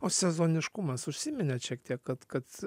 o sezoniškumas užsiminėt šiek tiek kad kad